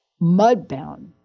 Mudbound